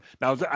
Now